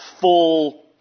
full